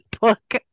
book